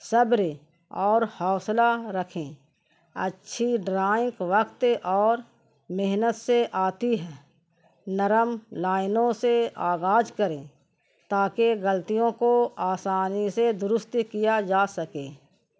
صبر اور حوصلہ رکھیں اچھی ڈرائنگ وقت اور محنت سے آتی ہے نرم لائنوں سے آگاج کریں تاکہ غلطیوں کو آسانی سے درست کیا جا سکے